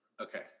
Okay